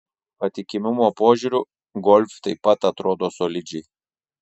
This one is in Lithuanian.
patikimumo požiūriu golf taip pat atrodo solidžiai